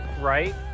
right